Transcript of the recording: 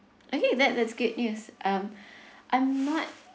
okay that that's good news um I'm not